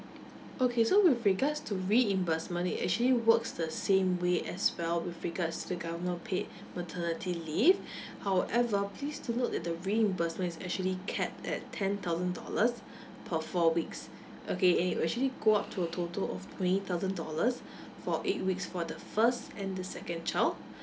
okay so with regards to reimbursement it actually works the same way as well with regards to government paid maternity leave however please do note that the reimbursement is actually capped at ten thousand dollars per four weeks okay and it'll actually go up to a total of twenty thousand dollars for eight weeks for the first and the second child